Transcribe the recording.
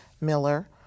Miller